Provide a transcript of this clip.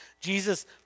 Jesus